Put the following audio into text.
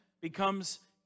becomes